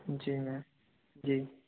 जी ma'am जी